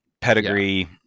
pedigree